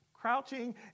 crouching